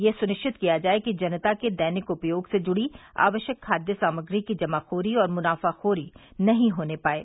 यह सुनिश्चित किया जाये कि जनता के दैनिक उपयोग से जुड़ी आवश्यक खाद्य सामग्री की जमाखोरी और मुनाफाखोरी नहीं होने पाये